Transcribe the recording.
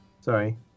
Sorry